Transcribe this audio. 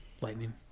lightning